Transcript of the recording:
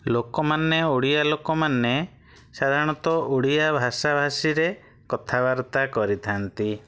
ଲୋକମାନେ ଓଡ଼ିଆ ଲୋକମାନେ ସାଧାରଣତଃ ଓଡ଼ିଆ ଭାଷାଭାଷିରେ କଥାବାର୍ତ୍ତା କରିଥାନ୍ତି